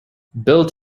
build